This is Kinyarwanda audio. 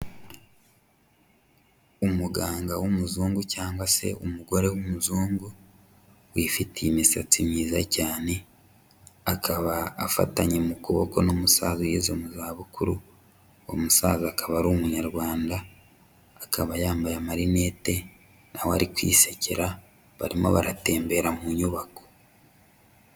Umuganga w'umuzungu cyangwa se umugore w'umuzungu, wifitiye imisatsi myiza cyane, akaba afatanye mu kuboko n'umusaza ugeze mu zabukuru, uwo musaza akaba ari Umunyarwanda, akaba yambaye amarinete na we ari kwisekera, barimo baratembera mu nyubako.